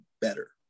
better